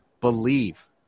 believe